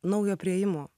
naujo priėjimo